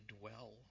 dwell